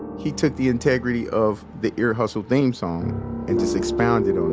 he took the integrity of the ear hustle theme song and just expounded on it,